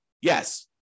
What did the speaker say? Yes